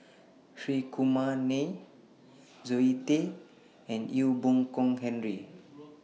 Hri Kumar Nair Zoe Tay and Ee Boon Kong Henry